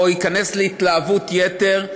או ייכנס להתלהבות יתר,